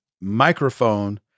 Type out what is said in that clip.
microphone